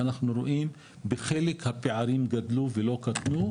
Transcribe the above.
אנחנו רואים בחלק מהמקומות שהפערים גדלו ולא קטנו,